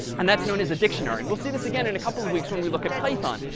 and that's known as a dictionary. and we'll see this again in a couple of weeks when we look at python.